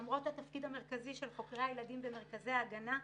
למרות התפקיד המרכזי של חוקרי הילדים במרכזי הגנה,